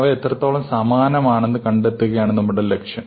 അവ എത്രത്തോളം സമാനമാണെന്ന് കണ്ടെത്തുകയാണ് നമ്മുടെ ലക്ഷ്യം